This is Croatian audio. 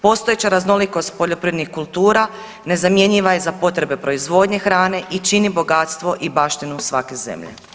Postojeća raznolikost poljoprivrednih kultura nezamjenjiva je za potrebe proizvodnje hrane i čini bogatstvo i baštinu svake zemlje.